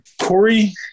Corey